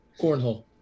Cornhole